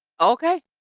Okay